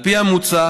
על פי המוצע,